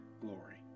glory